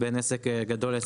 בין עסק גדול לעסק קטן.